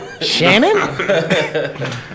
Shannon